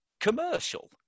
commercial